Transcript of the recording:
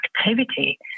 activity